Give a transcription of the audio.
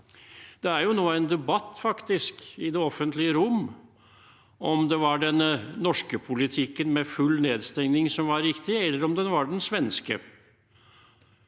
Det er nå en debatt i det offentlige rom om det var den norske politikken med full nedstengning som var riktig, eller om det var den svenske,